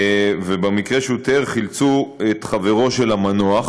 ובמקרה שהוא תיאר חילצו את חברו של המנוח